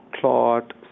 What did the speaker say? clot